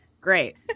Great